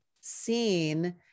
seen